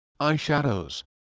eyeshadows